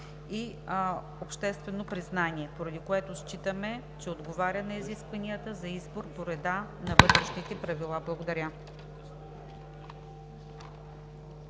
и обществено признание, поради което считаме, че отговаря на изискванията за избор по реда на Вътрешните правила. Благодаря.